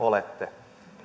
olette